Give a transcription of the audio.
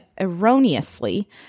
erroneously